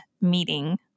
meeting